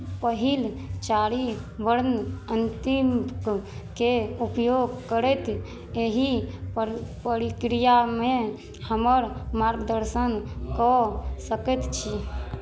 पहिल चारि वर्ण अन्तिमके उपयोग करैत एहि पर प्रक्रियामे हमर मार्गदर्शन कऽ सकैत छी